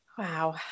Wow